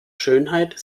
schönheit